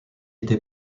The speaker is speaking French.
été